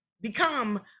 become